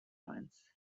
lines